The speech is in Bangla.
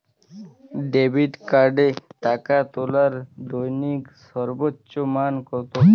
ডেবিট কার্ডে টাকা তোলার দৈনিক সর্বোচ্চ মান কতো?